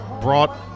brought